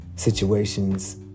situations